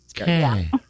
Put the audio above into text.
Okay